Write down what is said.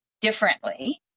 differently